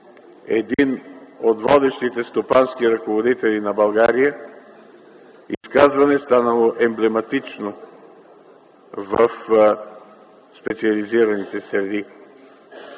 един от водещите стопански ръководители на България в изказване, станало емблематично в специализираните среди?